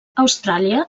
austràlia